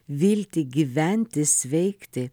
viltį gyventi sveikti